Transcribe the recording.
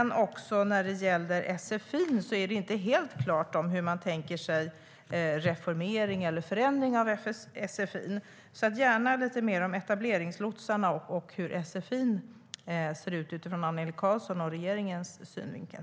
När det gäller sfi:n är det inte klart hur man tänker sig reformering eller förändring av sfi. Jag vill gärna höra lite mer om etableringslotsarna och hur sfi:n ser ut utifrån Annelie Karlssons och regeringens synvinkel.